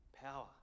Power